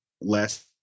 less